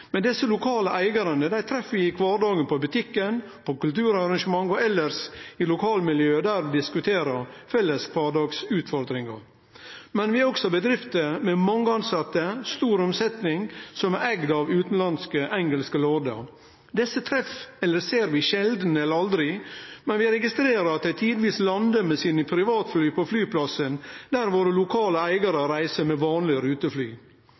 Desse lokale eigarane treffer vi i kvardagen på butikken, på kulturarrangement og elles i lokalmiljøet der vi diskuterer felles kvardagsutfordringar. Men vi har også bedrifter med mange tilsette og stor omsetning som er eigde av utanlandske, engelske lordar. Desse treffer eller ser vi sjeldan eller aldri, men vi registrerer at dei tidvis landar med privatflya sine på flyplassen der dei lokale eigarane reiser med vanleg rutefly.